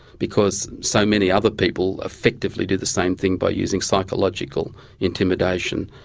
because so many other people effectively do the same thing by using psychological intimidation.